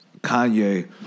Kanye